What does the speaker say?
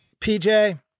PJ